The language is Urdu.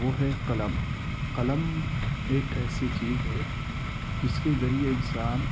وہ ہے قلم قلم ایک ایسی چیز ہے جس کے ذریعہ انسان